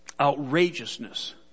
outrageousness